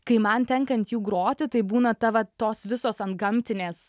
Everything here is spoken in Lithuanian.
kai man tenka ant jų groti tai būna ta vat tos visos antgamtinės